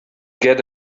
get